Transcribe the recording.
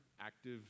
active